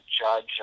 judge